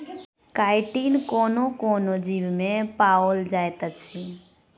chitin कोनो कोनो जीवमे पाओल जाइत अछि